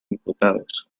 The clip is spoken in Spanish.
diputados